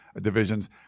divisions